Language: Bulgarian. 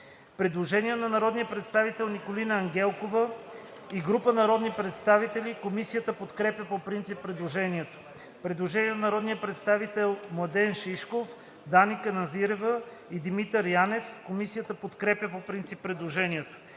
Предложение на народния представител Николина Ангелкова и група народни представители. Комисията подкрепя по принцип предложението. Предложение на народния представител Младен Шишков, Дани Каназирева и Димитър Янев. Комисията подкрепя по принцип предложението.